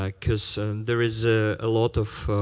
like because there is a lot of